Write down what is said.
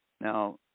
now